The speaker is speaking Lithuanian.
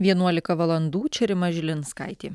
vienuolika valandų čia rima žilinskaitė